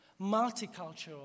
multicultural